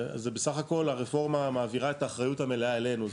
בסך הכול הרפורמה מעבירה את האחריות המלאה אלינו,